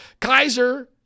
Kaiser